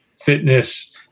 fitness